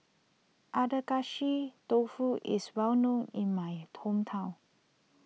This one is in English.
Agedashi Dofu is well known in my hometown